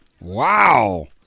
Wow